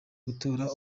gutora